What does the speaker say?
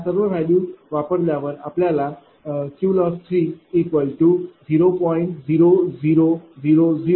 0042। 0